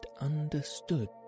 understood